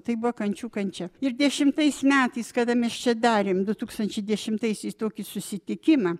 tai buvo kančių kančia ir dešimtais metais kada mes čia darėm du tūkstančiai dešimtaisiais tokį susitikimą